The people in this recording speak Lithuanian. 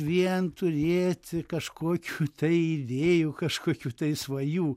vien turėti kažkokių tai vėjų kažkokių tai svajų